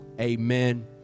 Amen